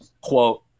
quote